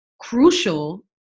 crucial